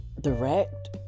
direct